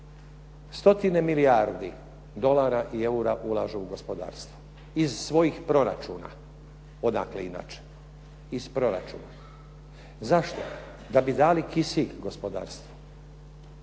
Stotine milijardi dolara i eura ulažu u gospodarstvo iz svojih proračuna, odakle inače, iz proračuna. Zašto? Da bi dali kisik gospodarstvu,